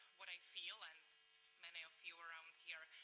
what i feel and many of you around here,